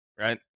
right